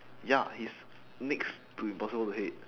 ya he's next to impossible to hate